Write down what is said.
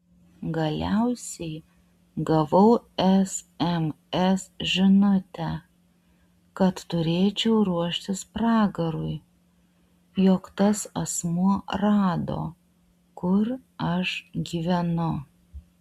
galiausiai gavau sms žinutę kad turėčiau ruoštis pragarui jog tas asmuo rado kur aš gyvenu